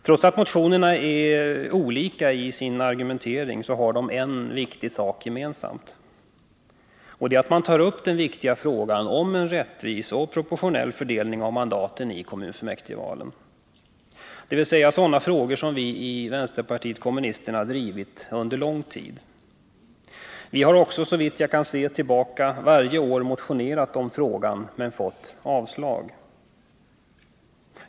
Trots att motionerna är olika i sin argumentering har de en väsentlig sak gemensam, nämligen att de tar upp den viktiga frågan om en rättvis och proportionell fördelning av mandaten i kommunfullmäktigevalen — dvs. en 121 fråga som vi i vänsterpartiet kommunisterna drivit under lång tid. Vi har också så långt jag kunnat finna i handlingarna motionerat varje år i frågan men fått avslag.